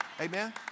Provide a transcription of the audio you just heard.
Amen